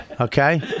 Okay